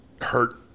hurt